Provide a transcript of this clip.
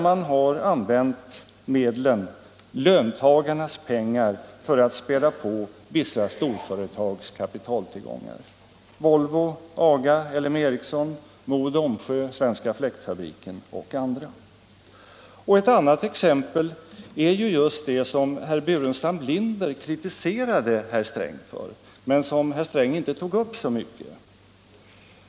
Man har använt löntagarnas pengar för att späda på vissa storföretags kapitaltillgångar: Volvo, AGA, LM Ericsson, Mo och Domsjö, Svenska Fläktfabriken och andra. Ett annat exempel är just det som herr Burenstam Linder kritiserade herr Sträng för, men som herr Sträng inte tog upp så mycket.